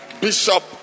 Bishop